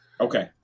okay